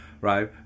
right